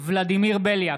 ולדימיר בליאק,